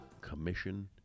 commission